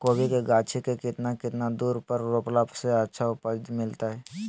कोबी के गाछी के कितना कितना दूरी पर रोपला से अच्छा उपज मिलतैय?